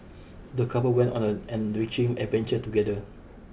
the couple went on a an enriching adventure together